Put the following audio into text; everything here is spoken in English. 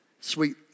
sweet